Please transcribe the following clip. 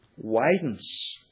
widens